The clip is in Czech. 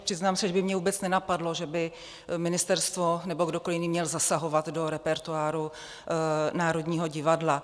Přiznám se, že by mě vůbec nenapadlo, že by ministerstvo nebo kdokoliv jiný měl zasahovat do repertoáru Národního divadla.